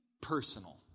personal